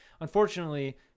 unfortunately